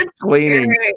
Cleaning